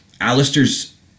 Alistair's